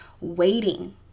waiting